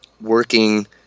working